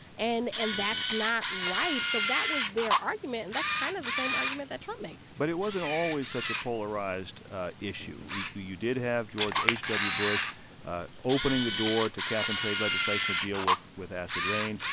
and and that's not right. so that was their argument. and that's kind of the same argument that trump makes but it wasn't always such a polarized issue. you did have george h w. bush opening the door to cap-and-trade legislation to deal with with acid rain.